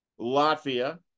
Latvia